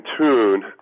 tune